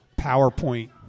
PowerPoint